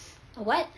a what